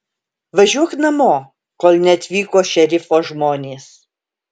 važiuok namo kol neatvyko šerifo žmonės